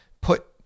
put